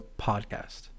podcast